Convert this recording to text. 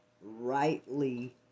rightly